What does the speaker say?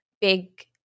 big